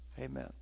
Amen